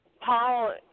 Paul